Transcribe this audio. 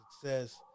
success